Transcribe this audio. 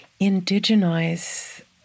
indigenize